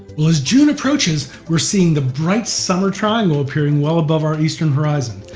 well as june approaches, we are seeing the bright summer triangle appearing well above our eastern horizon.